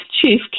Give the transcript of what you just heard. chief